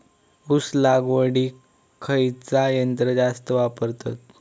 ऊस लावडीक खयचा यंत्र जास्त वापरतत?